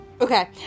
Okay